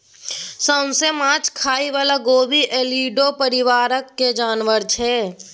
सोंइस माछ खाइ बला गेबीअलीडे परिबारक जानबर छै